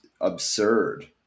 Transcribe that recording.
absurd